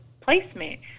placement